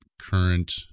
current